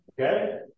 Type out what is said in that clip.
Okay